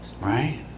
Right